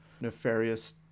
nefarious